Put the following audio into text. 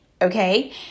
Okay